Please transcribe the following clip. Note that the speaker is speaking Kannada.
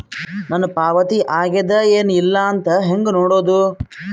ನನ್ನ ಪಾವತಿ ಆಗ್ಯಾದ ಏನ್ ಇಲ್ಲ ಅಂತ ಹೆಂಗ ನೋಡುದು?